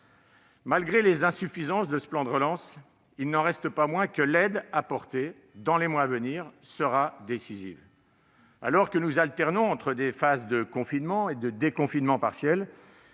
Malgré les insuffisances de ce plan de relance, il n'en reste pas moins que l'aide apportée dans les mois à venir sera décisive : alors que nous alternons entre des phases de confinement et de déconfinement partiel,